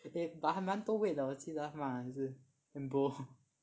eh but 还蛮多位的我记得